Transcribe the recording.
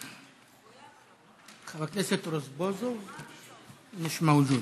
חבר הכנסת רזבוזוב, מיש מווג'וד.